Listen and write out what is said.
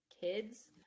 kids